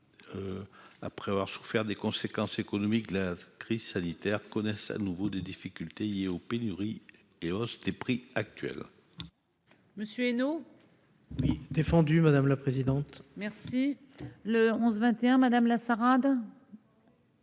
après avoir souffert des conséquences économiques de la crise sanitaire, il connaît de nouveau des difficultés liées aux pénuries et hausses des prix actuelles.